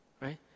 right